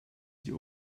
sie